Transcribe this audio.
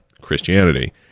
Christianity